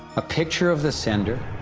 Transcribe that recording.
a picture of the sender,